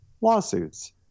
Lawsuits